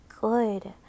good